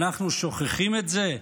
אנחנו שוכחים את זה?